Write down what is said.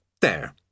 There